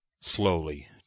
slowly